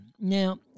Now